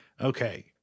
Okay